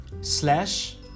slash